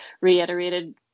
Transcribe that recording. reiterated